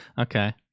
Okay